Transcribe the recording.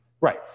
right